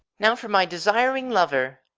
now for my desiring lover.